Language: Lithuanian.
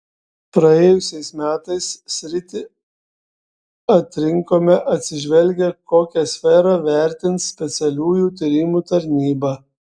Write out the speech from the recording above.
praėjusiais metais sritį atsirinkome atsižvelgę kokią sferą vertins specialiųjų tyrimų tarnyba